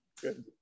good